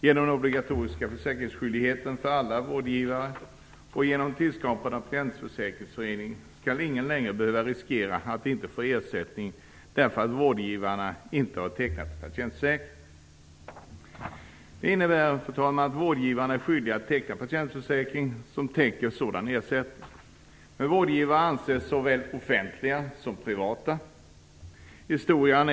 Genom den obligatoriska försäkringsskyldigheten för alla vårdgivare och genom tillskapandet av patientförsäkringsföreningen skall ingen längre behöva riskera att inte få ersättning därför att vårdgivarna inte har tecknat patientförsäkring. Det innebär att vårdgivarna är skyldiga att teckna patientförsäkring som täcker sådan ersättning. Med vårdgivare anses såväl offentliga som privata vårdgivare.